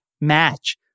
match